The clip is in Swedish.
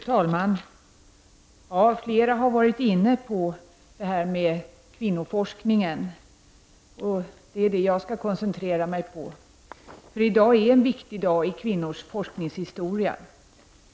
Fru talman! Flera talare har varit inne på kvinnoforskningen, och det är också vad jag skall koncentrera mig på. I dag är nämligen en viktig dag i kvinnors forskningshistoria.